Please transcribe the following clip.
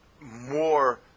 more